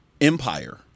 empire